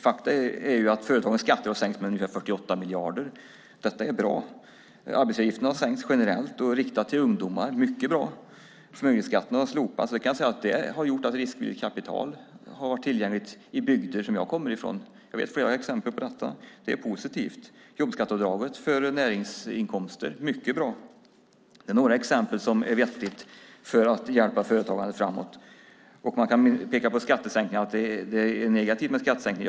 Fakta är att företagens skatter har sänkts med ungefär 48 miljarder. Detta är bra. Arbetsgivaravgifterna har sänkts generellt och speciellt för ungdomar. Det är mycket bra. Förmögenhetsskatten har slopats, och jag kan säga att det har gjort att riskvilligt kapital har varit tillgängligt i bygder som den som jag kommer från. Jag vet flera exempel på detta. Det är positivt. Jobbskatteavdraget för näringsinkomster är mycket bra. Det är några exempel som är vettiga för att hjälpa företagandet framåt. Man kan peka på att det är negativt med skattesänkningar.